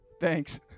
Thanks